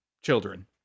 children